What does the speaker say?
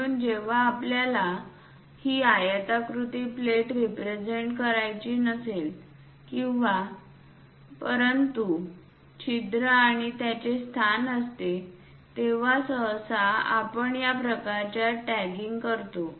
म्हणून जेव्हा आपल्याला ही आयताकृती प्लेट रिप्रेझेंट करायची नसेल परंतु छिद्र आणि त्यांचे स्थान असते तेव्हा सहसा आपण या प्रकारच्या टॅगिंग करतो